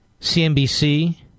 CNBC